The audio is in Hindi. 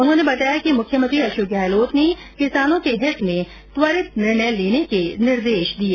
उन्होंने बताया कि मुख्यमंत्री अशोक गहलोत ने किसानों के हित में त्वरित निर्णय लेने के निर्देश दिए